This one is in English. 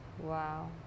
Wow